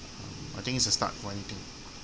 I think it's a start for everything